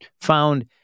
found